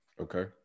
Okay